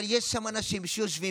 אבל יש שם אנשים שיושבים,